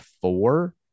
four